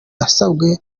yarasabwe